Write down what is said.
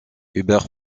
hubert